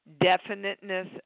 Definiteness